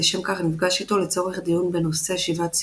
ולשם כך נפגש איתו לצורך דיון בנושא שיבת ציון,